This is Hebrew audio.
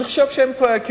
אני חושב שהם טועים,